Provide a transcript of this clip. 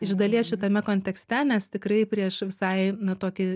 iš dalies šitame kontekste nes tikrai prieš visai na tokį